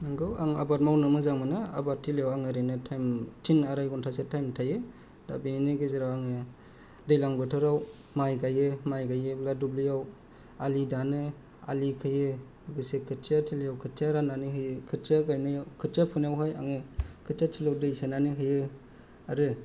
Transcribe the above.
नोंगौ आं आबाद मावनो मोजां मोनो आबादथिलिआव आं ओरैनो टाइम टिन आराय घन्टासो टाइम थायो दा बेनि गेजेराव आङो दैलां बोथोराव माइ गायो माइ गायोब्ला दुब्लिआव आलि दानो आलि खोयो एसे खोथिया थिलिआव खोथिया राननानै होयो खोथिया गायनायाव खोथिया खुनायाव आङो खोथिया थिलिआव दै सोनानै होयो आरो